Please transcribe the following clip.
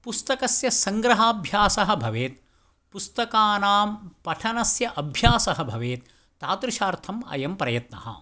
पुस्तकस्य सङ्ग्रहाभ्यासः भवेत् पुस्तकानां पठनस्य अभ्यासः भवेत् तादृशार्थम् अयं प्रयत्नः